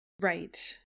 Right